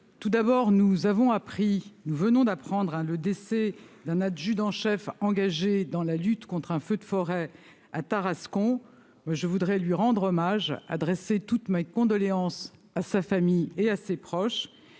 tout d'abord, nous venons d'apprendre le décès d'un adjudant-chef engagé dans la lutte contre un feu de forêt à Tarascon. Je souhaite lui rendre hommage, adresser toutes mes condoléances à sa famille et à ses proches